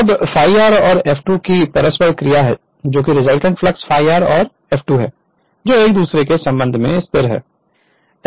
Refer Slide Time 1332 अबΦr और F2 की परस्पर क्रिया जो रिजल्टेंट फ्लक्स Φr और F2 है जो एक दूसरे के संबंध में स्थिर हैं